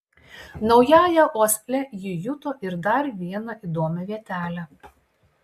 naująja uosle ji juto ir dar vieną įdomią vietelę